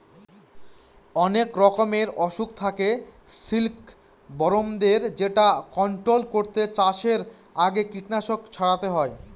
অনেক রকমের অসুখ থাকে সিল্কবরমদের যেটা কন্ট্রোল করতে চাষের আগে কীটনাশক ছড়াতে হয়